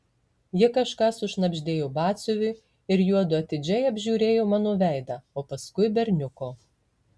ji kažką sušnabždėjo batsiuviui ir juodu atidžiai apžiūrėjo mano veidą o paskui berniuko